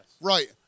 Right